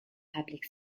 public